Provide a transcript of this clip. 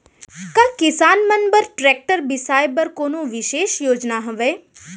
का किसान मन बर ट्रैक्टर बिसाय बर कोनो बिशेष योजना हवे?